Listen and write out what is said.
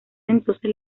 entonces